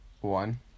One